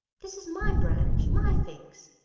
this is my branch, my figs!